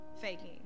faking